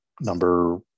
number